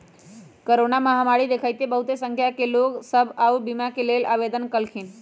corona महामारी के देखइते बहुते संख्या में लोग सभ स्वास्थ्य बीमा के लेल आवेदन कलखिन्ह